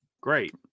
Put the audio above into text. Great